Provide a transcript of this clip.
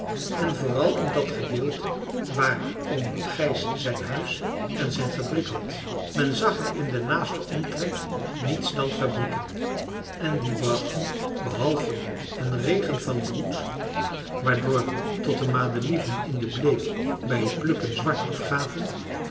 en vooral in dat gedeelte waar oom gijs zijn huis en zijn fabriek had men zag er in den naasten omtrek niets dan fabrieken en die brachten behalve een regen van roet waardoor tot de madelieven in de bleek bij het plukken zwart afgaven